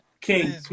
King